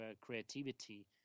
creativity